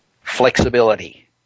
flexibility